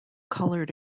colored